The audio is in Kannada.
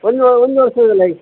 ಒಂದು ಒಂದು ವರ್ಷದಲ್ಲಿ